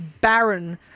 barren